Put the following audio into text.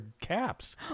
caps